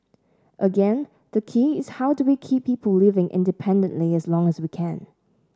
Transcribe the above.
again the key is how do we keep people living independently as long as we can